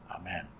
amen